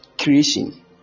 Creation